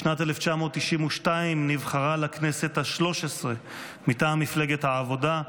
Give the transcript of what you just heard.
בשנת 1992 נבחרה לכנסת השלוש-עשרה מטעם מפלגת העבודה,